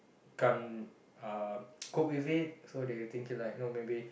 can't uh cope with it so they'll think like know maybe